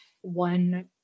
one